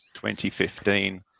2015